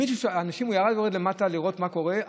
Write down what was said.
הוא היה יורד למטה לראות מה קורה,